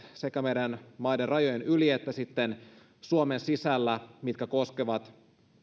sekä maiden rajojen yli että suomen sisällä tavarakuljetukset mitkä koskevat